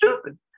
stupid